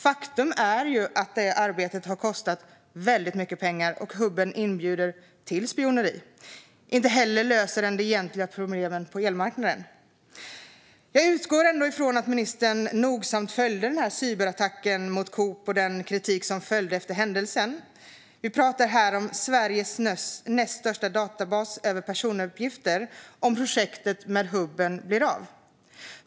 Faktum är att arbetet har kostat mycket pengar och att hubben inbjuder till spioneri. Inte heller löser den de egentliga problemen på elmarknaden. Jag utgår från att ministern ändå nogsamt följde cyberattacken mot Coop och den kritik som följde efter händelsen. Vi pratar här om Sveriges näst största databas över personuppgifter, om projektet med hubben blir av.